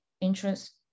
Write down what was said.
interest